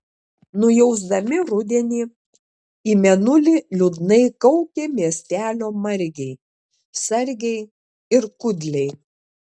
nujausdami rudenį į mėnulį liūdnai kaukė miestelio margiai sargiai ir kudliai